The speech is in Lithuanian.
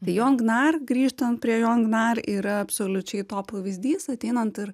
tai jon gnar grįžtant prie jon gnar yra absoliučiai to pavyzdys ateinant ir